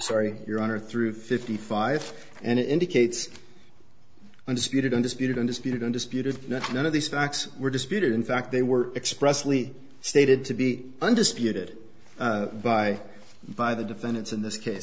sorry your honor through fifty five and indicates undisputed undisputed undisputed undisputed that none of these facts were disputed in fact they were expressly stated to be undisputed by by the defendants in this case